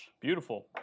Beautiful